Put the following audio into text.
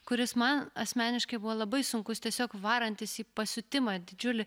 kuris man asmeniškai buvo labai sunkus tiesiog varantis į pasiutimą didžiulį